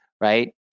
Right